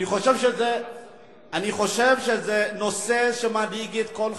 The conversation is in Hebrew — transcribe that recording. אני חושב שזה נושא שמדאיג את כל החברה,